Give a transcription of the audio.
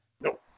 No